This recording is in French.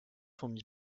fourmis